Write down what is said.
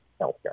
healthcare